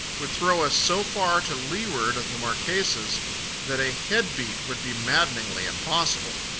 would throw us so far to leeward of the marquesas that a head-beat would be maddeningly impossible.